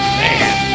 man